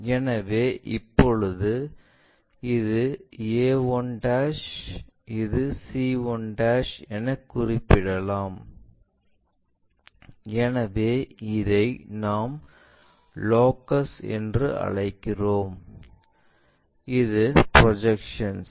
எனவே இப்போது இது a 1 இது c 1 என குறிப்பிடலாம் எனவே இதை நாம் லோகஸ் என்று அழைக்கிறோம் இது ப்ரொஜெக்ஷன்ஸ்